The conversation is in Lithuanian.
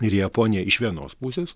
ir į japoniją iš vienos pusės